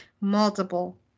Multiple